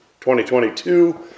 2022